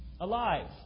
alive